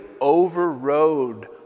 overrode